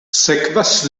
sekvas